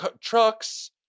trucks